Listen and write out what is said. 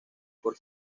por